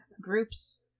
groups